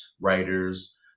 writers